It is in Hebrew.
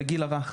לגיל הרך